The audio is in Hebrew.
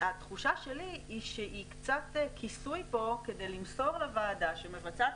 התחושה שלי שהיא קצת כיסוי פה כדי למסור לוועדה שמבצעת